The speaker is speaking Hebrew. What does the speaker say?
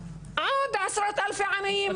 עוד עשרות אלפי עניים,